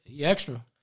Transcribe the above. extra